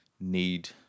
need